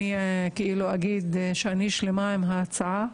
להגיד שאני שלמה עם ההצעה?